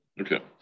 Okay